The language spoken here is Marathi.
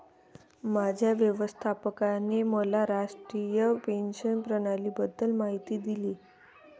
माझ्या व्यवस्थापकाने मला राष्ट्रीय पेन्शन प्रणालीबद्दल माहिती दिली